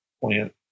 plant